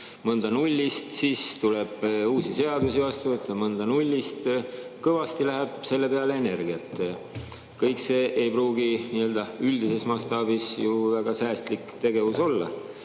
mõnda nullist, siis tuleb uusi seadusi vastu võtta, mõnda nullist. Kõvasti läheb selle peale energiat. Kõik see ei pruugi nii-öelda üldises mastaabis ju väga säästlik tegevus olla.